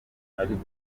ariko